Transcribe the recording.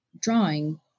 drawing